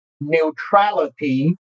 neutrality